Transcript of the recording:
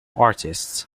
artists